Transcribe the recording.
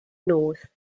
north